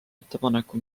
ettepaneku